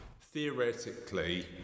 theoretically